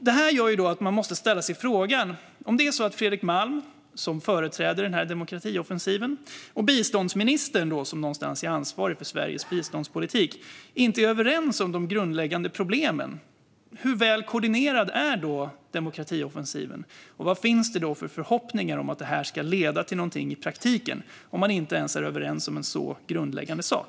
Detta gör att man måste ställa sig frågan om Fredrik Malm, som företräder demokratioffensiven, och biståndsministern, som är ansvarig för Sveriges biståndspolitik, inte är överens om de grundläggande problemen. Hur väl koordinerad är då demokratioffensiven? Vilka förhoppningar finns att detta ska leda till någonting i praktiken om man inte ens är överens om en sådan grundläggande sak?